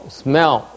smell